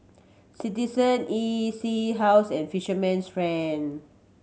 Citizen E C House and Fisherman's Friend